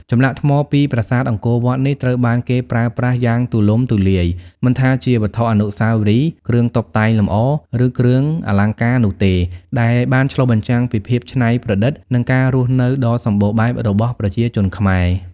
ចម្លាក់ថ្មពីប្រាសាទអង្គរវត្តនេះ ត្រូវបានគេប្រើប្រាស់យ៉ាងទូលំទូលាយ មិនថាជាវត្ថុអនុស្សាវរីយ៍ គ្រឿងតុបតែងលម្អ ឬគ្រឿងអលង្ការនោះទេ ដែលបានឆ្លុះបញ្ចាំងពីភាពច្នៃប្រឌិត និងការរស់នៅដ៏សម្បូរបែបរបស់ប្រជាជនខ្មែរ។